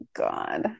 god